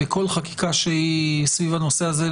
בכל חקיקה שהיא סביב הנושא הזה,